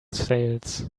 sails